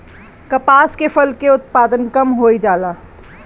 कपास के फसल के उत्पादन कम होइ जाला?